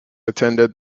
attended